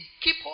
Keep